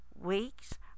weeks